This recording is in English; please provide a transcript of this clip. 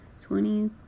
twenty